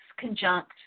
conjunct